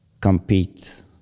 compete